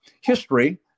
history